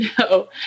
No